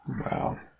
Wow